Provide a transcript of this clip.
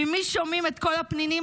ממי שומעים את כל הפנינים?